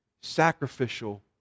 sacrificial